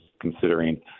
considering